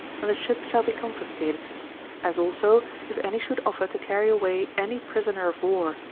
and the ship shall be confiscated as also, if any should offer to carry away any prisoner of war,